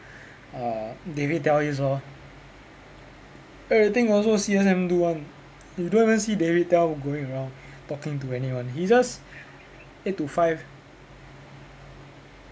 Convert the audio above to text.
uh david tel is lor everything also C_S_M do [one] you don't even see david tel going around talking to anyone he just eight to five